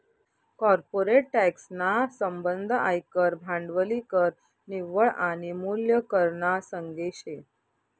corporate tax ना संबंध आयकर, भांडवली कर, निव्वळ आनी मूल्य कर ना संगे शे